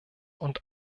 und